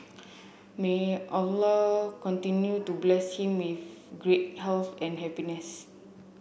may Allah continue to bless him with good health and happiness